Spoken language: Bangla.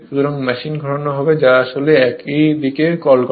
সুতরাং মেশিন ঘোরানো হবে যা আসলে একই দিকে কল করে